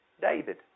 David